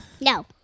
No